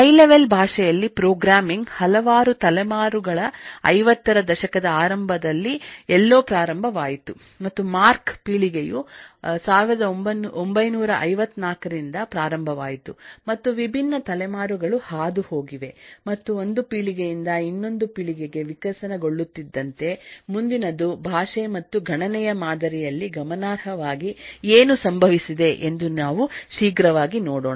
high level ಭಾಷೆಯಲ್ಲಿ programming ಹಲವಾರು ತಲೆಮಾರುಗಳ 50 ರ ದಶಕದ ಆರಂಭದಲ್ಲಿ ಎಲ್ಲೋ ಪ್ರಾರಂಭವಾಯಿತು ಮತ್ತು ಮಾರ್ಕ್ ಪೀಳಿಗೆಯು 1954 ರಿಂದ ಪ್ರಾರಂಭವಾಯಿತು ಮತ್ತು ವಿಭಿನ್ನ ತಲೆಮಾರುಗಳು ಹಾದುಹೋಗಿವೆ ಮತ್ತು ಒಂದು ಪೀಳಿಗೆಯಿಂದ ಇನ್ನೊಂದು ಪೀಳಿಗೆಗೆ ವಿಕಸನಗೊಳ್ಳುತ್ತಿದ್ದಂತೆ ಮುಂದಿನದು ಭಾಷೆ ಮತ್ತು ಗಣನೆಯ ಮಾದರಿಯಲ್ಲಿ ಗಮನಾರ್ಹವಾಗಿ ಏನು ಸಂಭವಿಸಿದೆ ಎಂದು ನಾವು ಶೀಘ್ರವಾಗಿ ನೋಡೋಣ